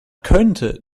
könnte